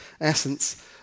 Essence